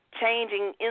changing